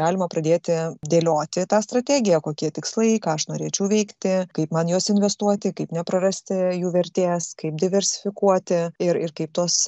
galima pradėti dėlioti tą strategiją kokie tikslai ką aš norėčiau veikti kaip man juos investuoti kaip neprarasti jų vertės kaip diversifikuoti ir ir kaip tuos